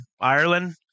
Ireland